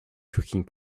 cooking